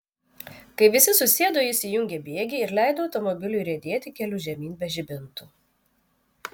kai visi susėdo jis įjungė bėgį ir leido automobiliui riedėti keliu žemyn be žibintų